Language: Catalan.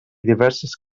diverses